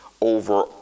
over